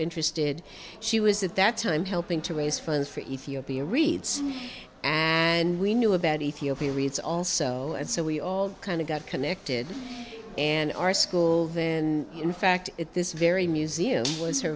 interested she was at that time helping to raise funds for ethiopia reads and we knew about ethiopia reads also and so we all kind of got connected and our school when in fact at this very museum was her